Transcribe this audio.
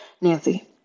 Nancy